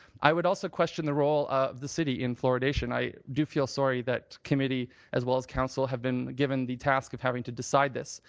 i would also question the role of the city in fluoridation. i do feel sorry that committee as well as council have been given the task of having to decide this.